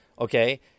okay